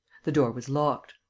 the door was locked.